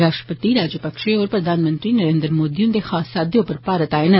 राश्ट्रपति राजापकसा होर प्रधानमंत्री नरेन्द्र मोदी हन्दे खास साद्वे उप्पर भारत आए न